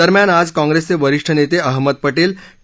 दरम्यान आज काँप्रेसचे वरिष्ठ नेते अहमद पटेल के